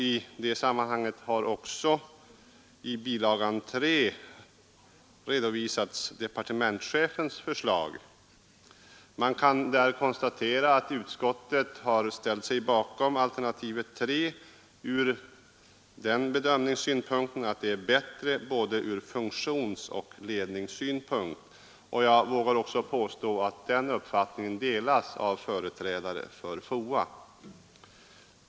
I det sammanhanget har också i bilaga 3 redovisats departementschefens förslag. Utskottet har ställt sig bakom alternativ 3 ur den bedömningssynpunkten att det är bättre ur både funktionsoch ledningssynpunkt. Jag vågar också påstå att den uppfattningen delas av företrädare för FOA.